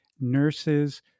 nurses